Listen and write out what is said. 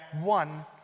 one